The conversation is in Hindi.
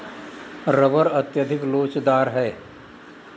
रबर अत्यधिक लोचदार है